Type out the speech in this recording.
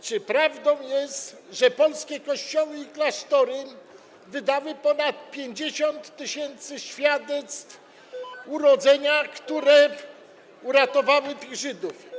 Czy prawdą jest, że polskie kościoły i klasztory wydały ponad 50 tys. świadectw urodzenia, które uratowały Żydów?